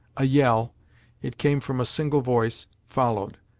a yell it came from a single voice followed,